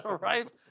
Right